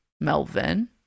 Melvin